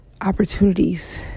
opportunities